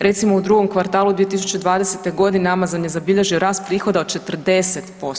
Recimo u drugom kvartalu 2020.g. Amazon je zabilježio rast prihoda od 40%